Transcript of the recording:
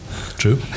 True